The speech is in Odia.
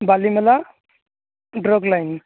Balimela drug line